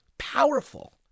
powerful